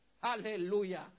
Hallelujah